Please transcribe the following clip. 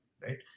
Right